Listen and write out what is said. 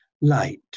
Light